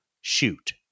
shoot